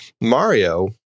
Mario